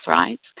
rights